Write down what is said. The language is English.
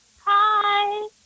Hi